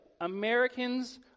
Americans